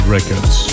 Records